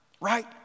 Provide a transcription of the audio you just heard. right